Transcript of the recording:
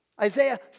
Isaiah